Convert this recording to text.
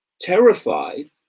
terrified